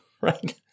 right